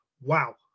Wow